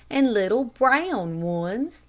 and little brown ones,